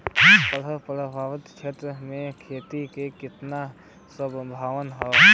बाढ़ प्रभावित क्षेत्र में खेती क कितना सम्भावना हैं?